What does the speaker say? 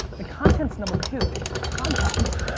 the content's number two. it's the context.